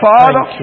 Father